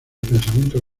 pensamiento